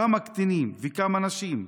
כמה קטינים וכמה נשים?